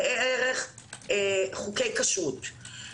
ראה ערך חוקי כשרות.